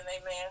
amen